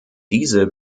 diese